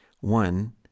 one